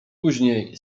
później